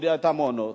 באותם מעונות,